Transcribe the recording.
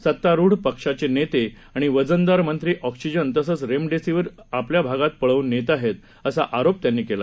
सत्तारूढ पक्षाचे नेते आणि वजनदार मंत्री ऑक्सिजन तसंच रेमडीसीवर आपल्या भागात पळवून नेत आहे असा आरोप त्यांनी केला